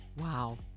Wow